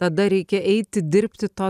tada reikia eiti dirbti to